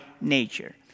nature